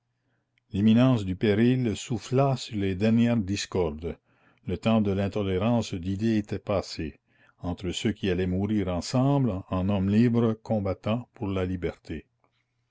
l'imminence du péril souffla sur les dernières discordes le temps de l'intolérance d'idées était passé entre ceux qui allaient mourir ensemble en hommes libres combattant pour la liberté